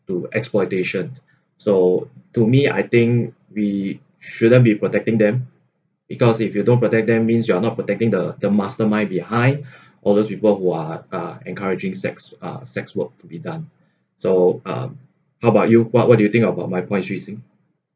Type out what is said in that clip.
to exploitation so to me I think we shouldn't be protecting them because if you don't protect them means you are not protecting the the mastermind behind all those people who are uh encouraging sex uh sex work to be done so um how about you what what do you think about my point